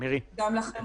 גם לכם,